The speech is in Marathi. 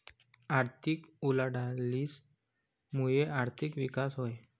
आर्थिक उलाढालीस मुये आर्थिक विकास व्हस